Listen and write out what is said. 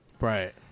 Right